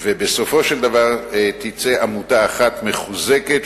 ובסופו של דבר תצא עמותה אחת מחוזקת,